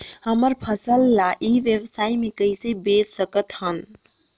हमर फसल ल ई व्यवसाय मे कइसे बेच सकत हन?